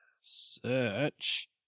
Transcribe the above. search